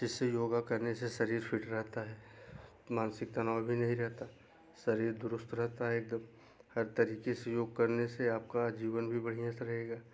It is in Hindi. जिससे योगा करने से शरीर फिट रहता है मानसिक तनाव भी नहीं रहता शरीर दुरुस्त रहता है एकदम हर तरीके से योग करने से आपका जीवन भी बढ़िया सा रहेगा